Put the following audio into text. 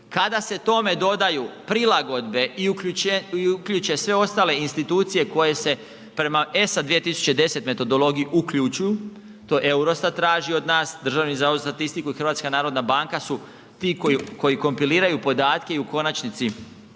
Kada se tome dodaju prilagodbe i uključe sve ostale institucije koje se prema ESA 2010. metodologiji uključuju, to EUROSTAT traži od nas, Državni zavod za statistiku i HNB su ti koji kompiliraju podatke i u konačnici